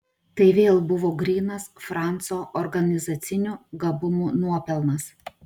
tai vėl buvo grynas franco organizacinių gabumų nuopelnas